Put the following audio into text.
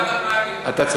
אנחנו רוצים אותנטי.